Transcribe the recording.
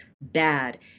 bad